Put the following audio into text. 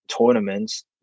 tournaments